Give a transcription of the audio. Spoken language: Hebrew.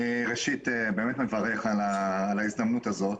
ראשית, אני מברך על ההזדמנות הזאת.